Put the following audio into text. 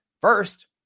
first